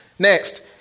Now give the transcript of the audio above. Next